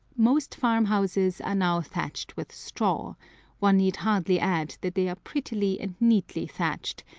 most farm-houses are now thatched with straw one need hardly add that they are prettily and neatly thatched,